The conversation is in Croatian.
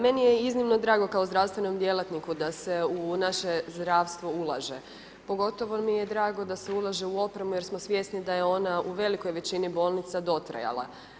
Meni je iznimno drago kao zdravstvenom djelatniku da se u naše zdravstvo ulaže pogotovo mi je drago da se ulaže u opremu jer smo svjesni da je ona u velikoj većini bolnica dotrajala.